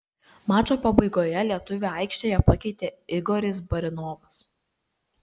mačo pabaigoje lietuvį aikštėje pakeitė igoris barinovas